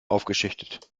aufgeschichtet